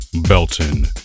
Belton